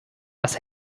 was